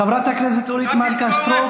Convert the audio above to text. חברת הכנסת אורית מלכה סטרוק.